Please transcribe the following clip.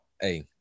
Hey